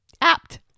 apt